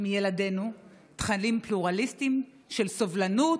מילדינו תכנים פלורליסטיים של סובלנות,